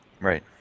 Right